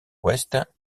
ouest